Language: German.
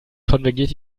konvergiert